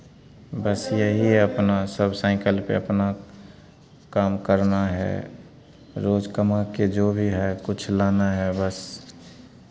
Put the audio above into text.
बस यही है अपना सब साइकल पे अपना काम करना है रोज़ कमा के जो भी है कुछ लाना है बस